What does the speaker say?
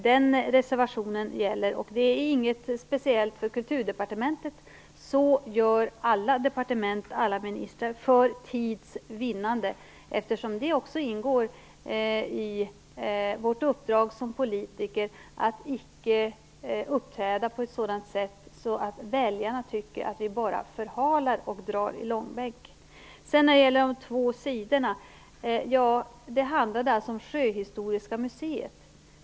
Den reservationen gäller, vilket inte är något speciellt för Kulturdepartementet. Så gör alla departement och ministrar för tids vinnande, eftersom det också ingår i vårt uppdrag som politiker att icke uppträda på ett sådant sätt att väljarna tycker att vi bara förhalar och drar frågor i långbänk. Sedan de två sidorna. Det handlade alltså om Sjöhistoriska museet.